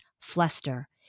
Fluster